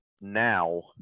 now